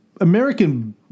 American